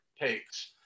takes